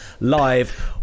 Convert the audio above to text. live